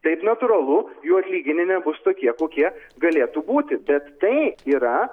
taip natūralu jų atlyginimai nebus tokie kokie galėtų būti bet tai yra